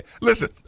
listen